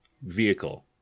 vehicle